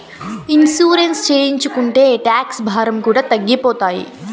insurance చేయించుకుంటే tax భారం కూడా తగ్గిపోతాయి